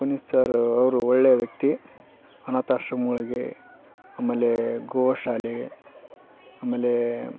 Puneeth sir ಅವರು ಒಳ್ಳೆಯ ವ್ಯಕ್ತಿ ಅನಾಥ ಆಶ್ರಮಗಳಿಗೆ ಆಮೇಲೆ ಗೋ ಶಾಲೆ ಆಮೇಲೆ